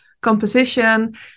composition